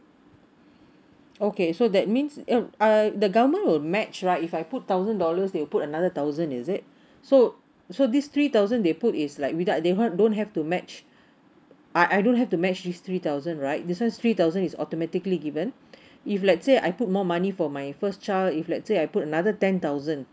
okay so that means and I the government will match right if I put thousand dollars they'll put another thousand is it so so this three thousand they put is like without they don't have to match I I don't have to match this three thousand right this three thousand is automatically given if let's say I put more money for my first child if let's say I put another ten thousand